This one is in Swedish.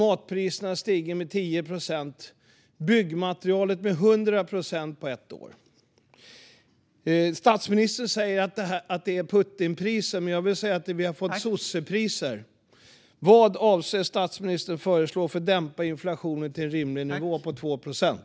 Matpriserna har stigit med 10 procent och byggmaterialet med 100 procent på ett år. Statsministern säger att det är Putinpriser, men jag vill säga att vi har fått sossepriser. Vad avser statsministern att föreslå för att dämpa inflationen till en rimlig nivå på 2 procent?